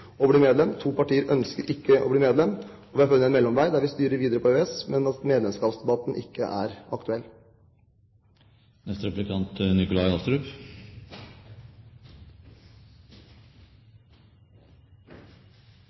å bli medlem – to partier ønsker ikke å bli medlem. Vi har funnet en mellomvei, der vi styrer videre på EØS-avtalen og på at medlemskapsdebatten ikke er